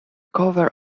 cover